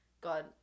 God